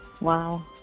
Wow